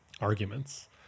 arguments